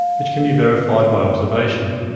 which can be verified by observation.